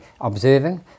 observing